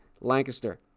Lancaster